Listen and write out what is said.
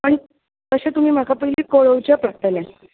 आनी तशे तुमी म्हाका पयलीं कळोवचें पडटलें